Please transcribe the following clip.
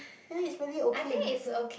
then is probably okay if you fail